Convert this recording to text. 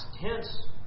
tense